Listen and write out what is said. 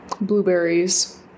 blueberries